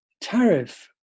tariff